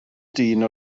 dyn